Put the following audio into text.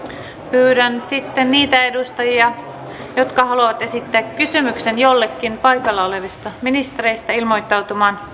pyydän sitten niitä edustajia jotka haluavat esittää kysymyksen jollekin paikalla olevista ministereistä ilmoittautumaan